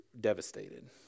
devastated